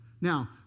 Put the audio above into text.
Now